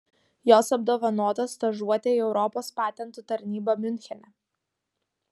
jos apdovanotos stažuote į europos patentų tarnybą miunchene